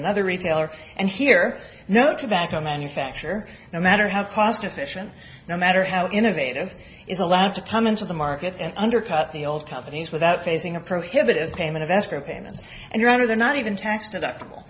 another retailer and here no tobacco manufacture no matter how cost efficient no matter how innovative is allowed to come into the market and undercut the old companies without facing a prohibitive payment of escrow payments and you're out of the not even tax deductible